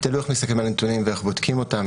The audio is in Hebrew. תלוי איך מסתכלים על הנתונים ואיך בודקים אותם.